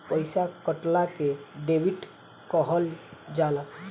पइसा कटला के डेबिट कहल जाला